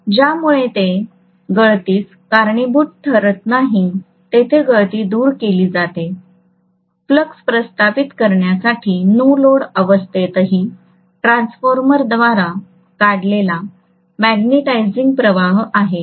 तर ज्यामुळे ते गळतीस कारणीभूत ठरत नाही तेथे गळती दूर केली जाते फ्लक्स प्रस्थापित करण्यासाठी नो लोड अवस्थेतही ट्रान्सफॉर्मरद्वारे काढलेला मॅग्नेटिझिंग प्रवाह आहे